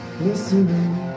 Listening